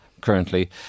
currently